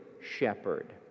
shepherd